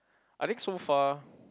I think so far